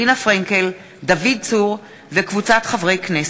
רינה פרנקל ודוד צור וקבוצת חברי הכנסת,